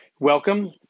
Welcome